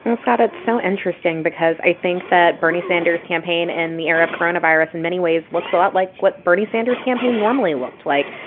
and scott, it's so interesting because i think that bernie sanders' campaign in the era of coronavirus in many ways looks a lot like what bernie sanders' campaign normally looked like.